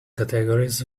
categories